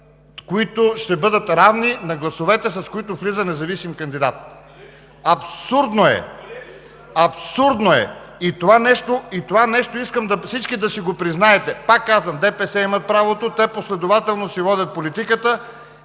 които ще бъдат равни на гласовете, с които влиза независим кандидат. Абсурдно е! Абсурдно е! Това нещо искам всички да си го признаете. Пак казвам, ДПС имат правото. Те последователно си водят политиката.